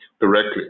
directly